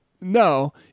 no